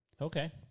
Okay